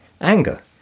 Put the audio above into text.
Anger